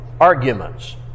arguments